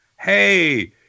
Hey